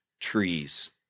trees